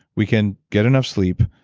we can get enough sleep.